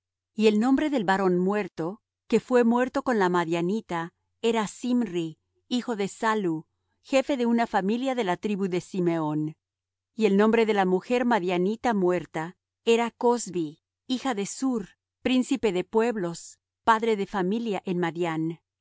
y el nombre del varón muerto que fué muerto con la madianita era zimri hijo de salu jefe de una familia de la tribu de simeón y el nombre de la mujer madianita muerta era cozbi hija de zur príncipe de pueblos padre de familia en madián